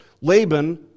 Laban